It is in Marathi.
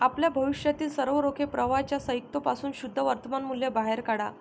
आपल्या भविष्यातील सर्व रोख प्रवाहांच्या संयुक्त पासून शुद्ध वर्तमान मूल्य बाहेर काढा